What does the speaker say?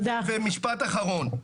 משפט אחרון,